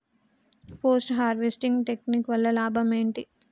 Post harvesting technique వల్ల లాభం ఏంటి?